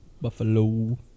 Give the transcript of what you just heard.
Buffalo